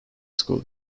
school